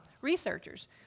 researchers